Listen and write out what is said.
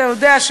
אתה יודע,